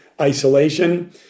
isolation